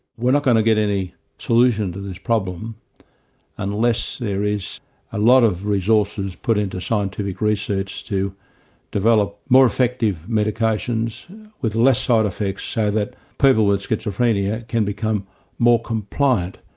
we're not going to get any solution to this problem unless there is a lot of resources put into scientific research to develop more effective medications with less ah side effects, so that people with schizophrenia can become more compliant.